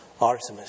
Artemis